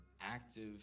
active